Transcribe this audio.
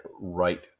right